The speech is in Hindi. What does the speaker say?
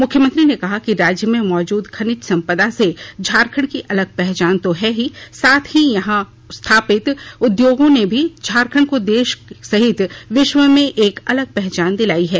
मुख्यमंत्री ने कहा कि राज्य में मौजूद खनिज संपदा से झारखण्ड की अलग पहचान तो है ही साथ ही यहां स्थापित उद्योगों ने भी झारखण्ड को देश सहित विश्व में एक अलग पहचान दिलायी है